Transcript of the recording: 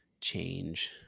change